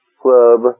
club